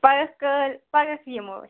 پَگاہ کٲلۍ پَگاہ یِمو أسۍ